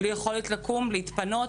בלי יכולת להתפנות.